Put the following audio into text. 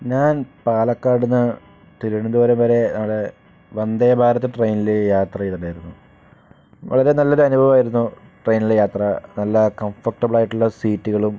ഞാൻ പാലക്കാടു നിന്ന് തിരുവനന്തപുരം വരെ നമ്മളെ വന്ദേഭാരത് ട്രെയിനിൽ യാത്ര ചെയ്തിട്ടുണ്ടായിരുന്നു വളരെ നല്ലൊരു അനുഭവമായിരുന്നു ട്രെയിനിലെ യാത്ര നല്ല കംഫർട്ടബിൾ ആയിട്ടുള്ള സീറ്റുകളും